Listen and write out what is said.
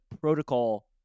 protocol